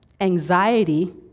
anxiety